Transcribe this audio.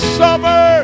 summer